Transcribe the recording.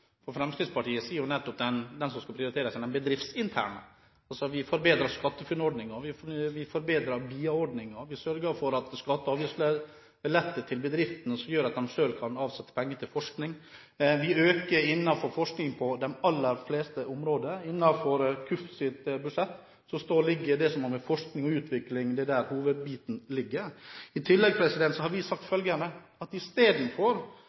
dårlig. Fremskrittspartiet sier nettopp at de som skal prioriteres, er de bedriftsinterne. Vi har forbedret SkatteFUNN-ordningen, vi forbedret BIA-ordningen, og vi sørger for skatte- og avgiftslette til bedriftene som gjør at de selv kan avsette penger til forskning. Vi øker innenfor forskning på de aller fleste områder. Innenfor Kunnskapsdepartementets budsjett ligger det som har med forskning og utvikling å gjøre – det er der hovedbiten ligger. I tillegg har vi sagt følgende: At